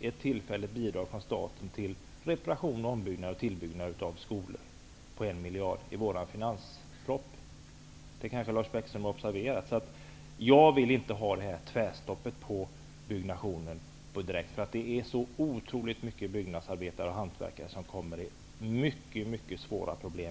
ett tillfälligt bidrag på 1 miljard från staten för reparation, ombyggnad och tillbyggnad av skolor. Det kanske Lars Bäckström har observerat. Jag vill inte ha det här tvärstoppet för byggnationen, därför att det är så otroligt många byggnadsarbetare och hantverkare med familjer som kommer att få mycket svåra problem.